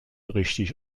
richtig